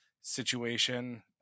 situation